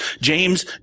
James